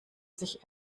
sich